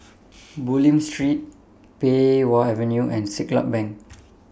Bulim Street Pei Wah Avenue and Siglap Bank